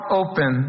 open